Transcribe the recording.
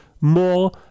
more